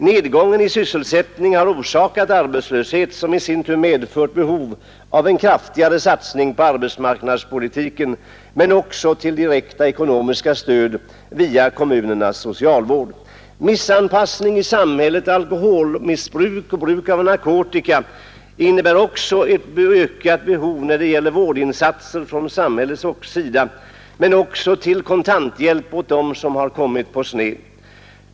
Nedgången i sysselsättningen har orsakat arbetslöshet, som i sin tur medfört behov av en kraftigare satsning på arbetsmarknadspolitiken men också av direkt ekonomiskt stöd via kommunernas socialvård. Missanpassning i samhället, alkoholmissbruk och missbruk av narkotika medför också ett ökat behov när det gäller vårdinsatser från samhällets sida, men även när det gäller kontanthjälp åt dem som har kommit på sned.